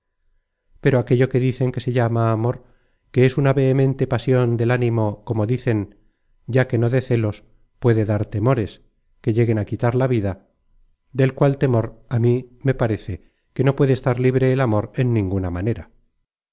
pero aquello que dicen que se llama amor que es una vehemente pasion del ánimo como dicen ya que no dé celos puede dar temores que lleguen a quitar la vida del cual temor á mí me parece que no puede estar libre el amor en ninguna manera